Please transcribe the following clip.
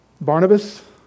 Barnabas